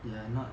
they are not